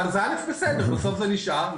בסוף זה נשאר.